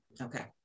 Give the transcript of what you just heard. Okay